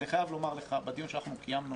אני חייב לומר לך שבדיון שאנחנו קיימנו